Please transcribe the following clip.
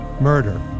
Murder